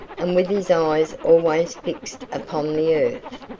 and with his eyes always fixed upon the earth.